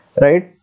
right